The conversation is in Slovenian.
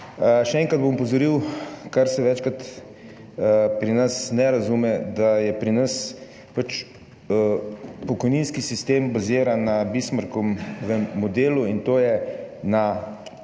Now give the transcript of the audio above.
Še enkrat bom opozoril, kar se večkrat pri nas ne razume, da pri nas pač pokojninski sistem bazira na Bismarckovem modelu, to je na dobi